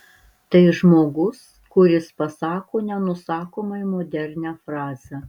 tai žmogus kuris pasako nenusakomai modernią frazę